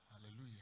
Hallelujah